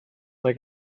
mae